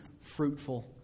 fruitful